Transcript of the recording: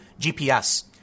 GPS